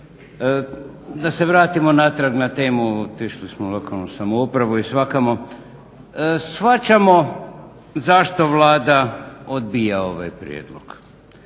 Da se vratimo natrag na temu, prešli smo na lokalnu samoupravu i svakamo. Shvaćamo zašto Vlada odbija ovaj prijedlog.